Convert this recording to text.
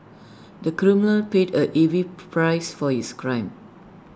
the criminal paid A heavy price for his crime